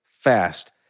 fast